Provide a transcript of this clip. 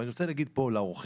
אני רוצה להגיד פה לאורחים